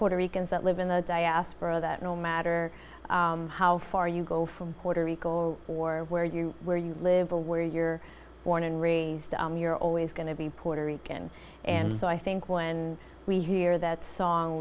puerto ricans that live in the diaspora that no matter how far you go from puerto rico or where you where you live or where you're born and raised you're always going to be puerto rican and so i think when we hear that song